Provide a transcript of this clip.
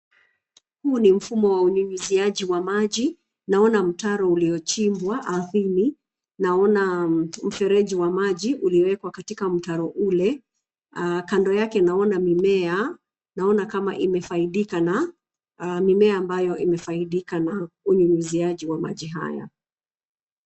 Huu ni mfumo wa unyunyuziaji wa maji naona mtaro uliochimbwa ardhini, naona mfereji wa maji uliowekwa katika mtaro ule, kando yake naona mimea naona kama imefaidika na mimea ambayo imefaidika na unyunyuziaji wa maji haya.